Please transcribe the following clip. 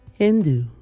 Hindu